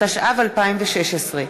התשע"ו 2016,